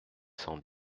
cent